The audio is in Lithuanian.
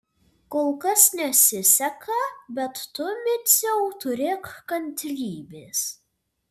kol kas nesiseka bet tu miciau turėk kantrybės